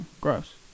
gross